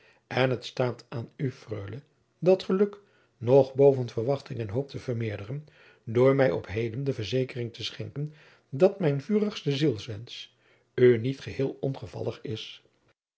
en het staat aan u freule dat geluk nog boven verwachting en hoop te vermeerderen door mij op heden de verzekering te schenken dat mijn vurigste zielswensch u niet geheel ongevallig is